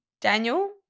Daniel